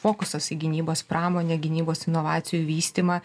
fokusas į gynybos pramonę gynybos inovacijų vystymą